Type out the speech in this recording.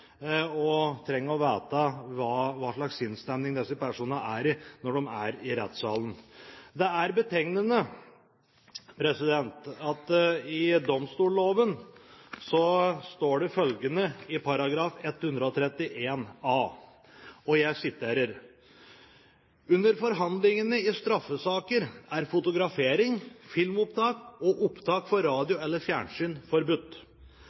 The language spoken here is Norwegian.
det, trenger å vite hvem disse personene er, og trenger å vite hva slags sinnsstemning disse personene er i når de er i rettssalen. Det er betegnende at det i domstolloven står følgende i § 131a: «Under forhandlingene i straffesaker er fotografering, filmopptak og opptak for radio eller fjernsyn forbudt.